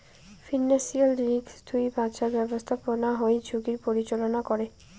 financial risk থুই বাঁচার ব্যাপস্থাপনা হই ঝুঁকির পরিচালনা করে